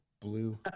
blue